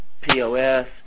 POS